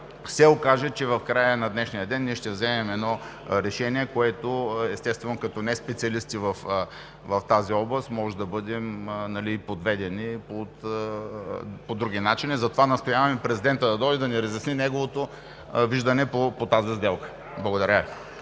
се окаже, че в края на днешния ден ние ще вземем едно решение, за което, естествено, като неспециалисти в тази област, може да бъдем подведени по други начини. Затова настояваме президентът да дойде да ни разясни неговото виждане по тази сделка. Благодаря